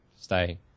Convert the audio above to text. stay